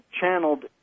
channeled